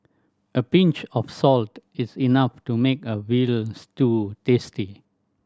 a pinch of salt is enough to make a veal stew tasty